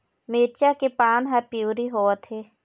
मिरचा के पान हर पिवरी होवथे?